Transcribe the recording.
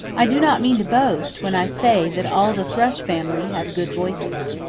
i do not mean to boast when i say that all the thrush family have good voices.